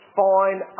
fine